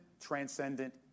transcendent